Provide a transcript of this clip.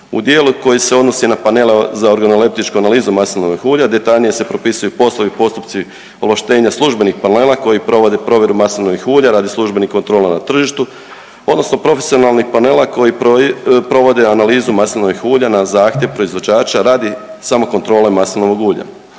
U dijelu koji se odnosi na panele za organoleptičku analizu maslinovih ulja detaljnije se propisuju poslovi i postupci ovlaštenja službenih panela koji provode provjeru maslinovih ulja radi službenih kontrola na tržištu odnosno profesionalnih panela koji proi…, provode analizu maslinovih ulja na zahtjev proizvođača radi samokontrole maslinovog ulja.